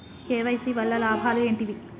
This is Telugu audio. కే.వై.సీ వల్ల లాభాలు ఏంటివి?